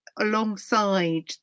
Alongside